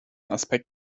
aspekt